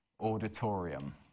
auditorium